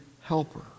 helper